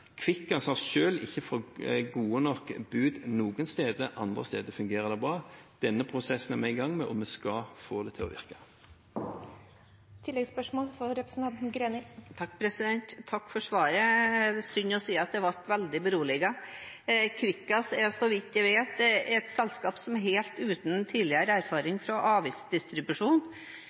ikke fått gode nok bud, andre steder fungerer det bra. Denne prosessen er vi i gang med, og vi skal få det til å virke. Takk for svaret. Det er synd å si at jeg ble veldig beroliget. Kvikkas er så vidt jeg vet, et selskap som er helt uten tidligere erfaring fra